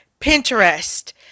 Pinterest